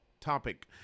topic